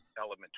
element